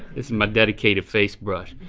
is my dedicated face brush.